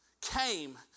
came